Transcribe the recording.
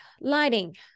lighting